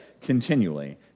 Continually